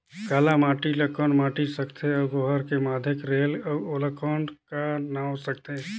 काला माटी ला कौन माटी सकथे अउ ओहार के माधेक रेहेल अउ ओला कौन का नाव सकथे?